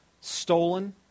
stolen